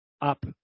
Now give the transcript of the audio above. up